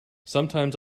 sometimes